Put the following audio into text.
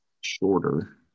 shorter